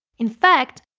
in fact,